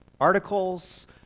articles